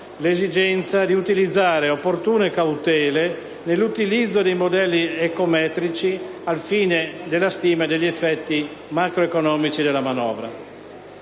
l'esigenza di utilizzare opportune cautele nell'utilizzo di modelli econometrici al fine della stima degli effetti macroeconomici della manovra.